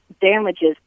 damages